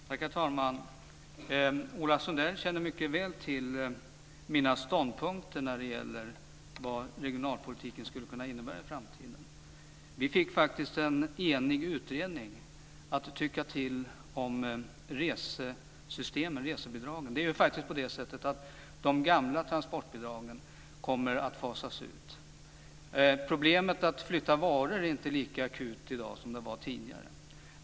Herr talman! Ola Sundell känner mycket väl till mina ståndpunkter när det gäller vad regionalpolitiken skulle kunna innebära i framtiden. Vi fick faktiskt en enig utredning att tycka till om resebidragen. Det är faktiskt på det sättet att de gamla transportbidragen kommer att fasas ut. Problemet att flytta varor är inte lika akut i dag som det var tidigare.